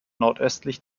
nordöstlich